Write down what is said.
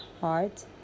heart